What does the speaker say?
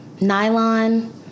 nylon